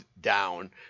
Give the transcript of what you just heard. down